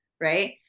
right